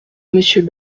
monsieur